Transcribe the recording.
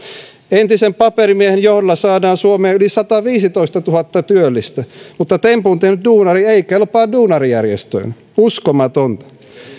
entisen paperimiehen johdolla saadaan suomeen yli sataviisitoistatuhatta työllistä mutta tempun tehnyt duunari ei kelpaa duunarijärjestöille uskomatonta